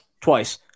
Twice